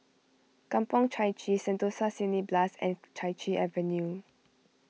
Kampong Chai Chee Sentosa Cineblast and Chai Chee Avenue